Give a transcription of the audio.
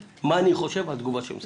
מה אני חושב על התגובה של משרד האוצר.